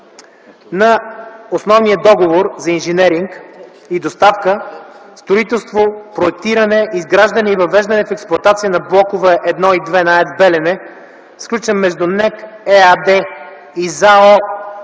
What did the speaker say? на основния договор за инженеринг и доставка, строителство, проектиране, изграждане и въвеждане в експлоатация на Блок № 1 и Блок № 2 на АЕЦ „Белене”, сключен между НЕК ЕАД и ЗАО